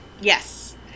Yes